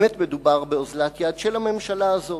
באמת מדובר באוזלת יד של הממשלה הזאת.